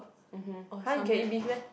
mmhmm you can eat beef meh